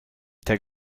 der